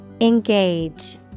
Engage